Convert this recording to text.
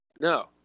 No